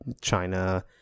China